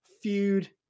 Feud